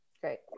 Great